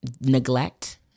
neglect